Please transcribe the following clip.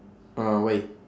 ah why